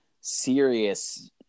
serious